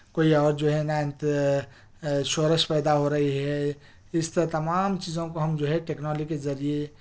کوئی اور جو ہے نا شورش پیدا ہو رہی ہے اس پر تمام چیزوں کو ہم جو ہے ٹیکنالی کے ذریعہ